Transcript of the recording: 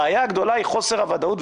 הבעיה הגדולה היא חוסר הוודאות.